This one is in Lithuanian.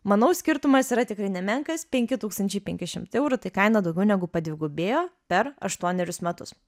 manau skirtumas yra tikrai nemenkas penki tūkstančiai penki šimtai eurų tai kaina daugiau negu padvigubėjo per aštuonerius metus